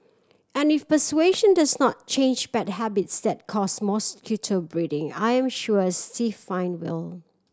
and if persuasion does not change bad habits that cause mosquito breeding I am sure a stiff fine will